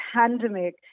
pandemic